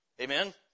Amen